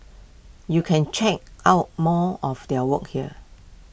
you can check out more of their work here